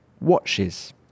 watches